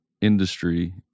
industry